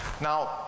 now